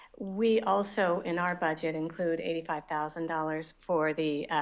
we also, in our budget, include eighty five thousand dollars for the